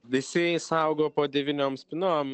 visi saugo po devyniom spynom